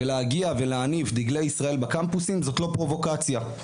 ולהגיע ולהניף דגלי ישראל בקמפוסים זאת לא פרובוקציה.